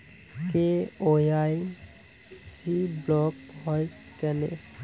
KYC block হয় কেনে?